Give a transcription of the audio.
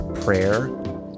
prayer